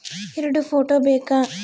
ಎರಡು ಫೋಟೋ ಬೇಕಾ?